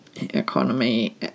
economy